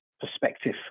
perspective